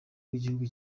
bw’igihugu